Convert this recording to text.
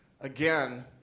again